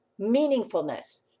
meaningfulness